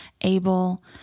able